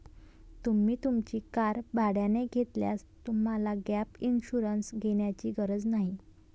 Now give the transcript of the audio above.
तुम्ही तुमची कार भाड्याने घेतल्यास तुम्हाला गॅप इन्शुरन्स घेण्याची गरज नाही